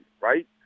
right